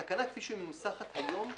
התקנה כפי שמנוסחת היום,